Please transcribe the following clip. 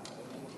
נגד, 43. אם כן,